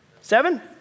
seven